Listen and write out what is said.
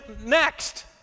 next